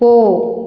போ